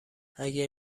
اگه